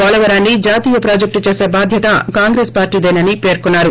పోలవరాన్ని జాతీయ ప్రాజెక్టు చేసీ బాధ్యత కాంగ్రెస్ పార్టీ దేనని పేర్కొన్నారు